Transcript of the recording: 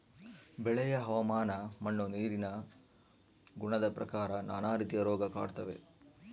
ಬೆಳೆಯ ಹವಾಮಾನ ಮಣ್ಣು ನೀರಿನ ಗುಣದ ಪ್ರಕಾರ ನಾನಾ ರೀತಿಯ ರೋಗ ಕಾಡ್ತಾವೆ